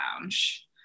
Lounge